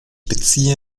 beziehe